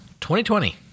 2020